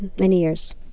many years